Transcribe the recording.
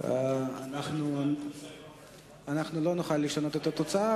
אנחנו לא נוכל לשנות את התוצאה,